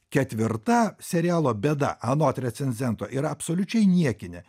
ketvirta serialo bėda anot recenzento yra absoliučiai niekinė